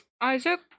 Isaac